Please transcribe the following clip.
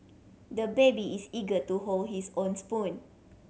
the baby is eager to hold his own spoon